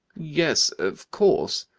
yes, of course.